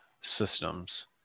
systems